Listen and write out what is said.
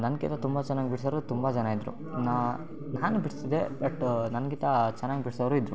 ನನ್ಗಿಂತ ತುಂಬ ಚೆನ್ನಾಗಿ ಬಿಡ್ಸೋರು ತುಂಬ ಜನ ಇದ್ದರು ನಾನೂ ನಾನೂ ಬಿಡಿಸ್ತಿದ್ದೆ ಬಟ್ಟು ನನ್ಗಿಂತ ಚೆನ್ನಾಗಿ ಬಿಡಿಸೋವ್ರು ಇದ್ದರು